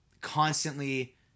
constantly